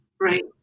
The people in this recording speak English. right